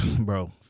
Bro